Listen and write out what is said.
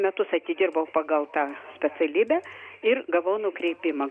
metus atidirbau pagal tą specialybę ir gavau nukreipimą